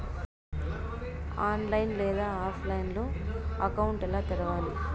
online లేదా ఆఫ్లైన్లో account ఎలా తెరవాలి